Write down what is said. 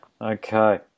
Okay